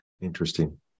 interesting